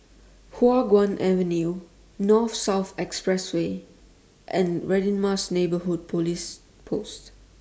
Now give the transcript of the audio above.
Hua Guan Avenue North South Expressway and Radin Mas Neighbourhood Police Post